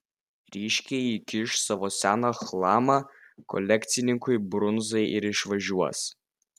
ryškiai įkiš savo seną chlamą kolekcininkui brunzai ir išvažiuos